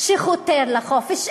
שחותר לחופש.